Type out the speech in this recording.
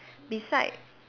beside